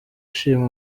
ashima